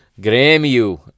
Grêmio